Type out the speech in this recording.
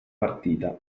partita